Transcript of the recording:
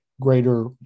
greater